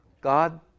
God